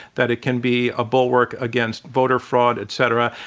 that it can be a bulwark against voter fraud, et cetera.